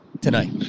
tonight